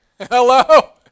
hello